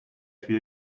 wieder